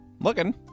looking